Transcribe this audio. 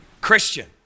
Christian